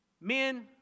men